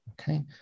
okay